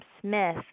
Smith